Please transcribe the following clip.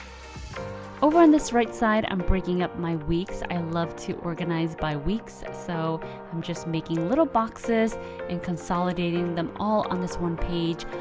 over on this right side, i'm breaking up my weeks. i love to organize by weeks. so i'm just making little boxes and consolidating them all on this one page.